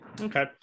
okay